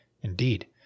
Indeed